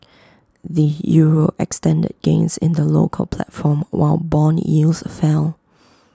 the euro extended gains in the local platform while Bond yields fell